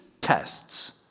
tests